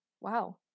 Wow